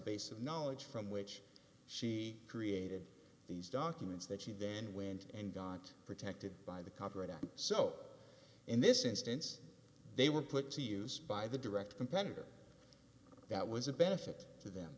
of knowledge from which she created these documents that she then went and got protected by the copyright on so in this instance they were put to use by the direct competitor that was a benefit to them